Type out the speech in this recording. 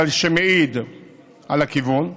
אבל זה מעיד על הכיוון,